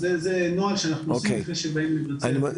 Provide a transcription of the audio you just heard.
אז זה נוהל שאנחנו עושים אחרי שבאים לבצע כביש.